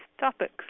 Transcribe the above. topics